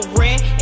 rent